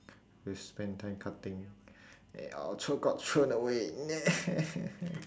we spend time cutting and all throw got thrown away